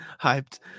hyped